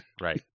right